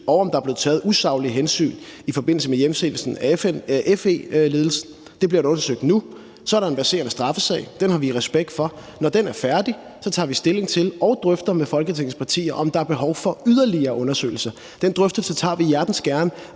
om der er blevet taget usaglige hensyn i forbindelse med hjemsendelsen af FE-ledelsen. Det bliver undersøgt nu. Så er der en verserende straffesag. Den har vi respekt for. Når den er færdig, tager vi stilling til og drøfter med Folketingets partier, om der er behov for yderligere undersøgelser. Den drøftelse tager vi hjertens gerne,